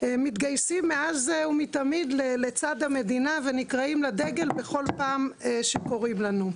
מתגייסים מאז ומתמיד לצד המדינה ונקראים לדגל בכל פעם שקוראים לנו.